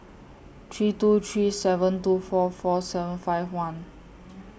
three two three seven two four four seven five one